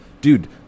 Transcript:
dude